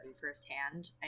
firsthand